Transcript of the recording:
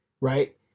right